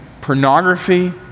pornography